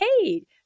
hey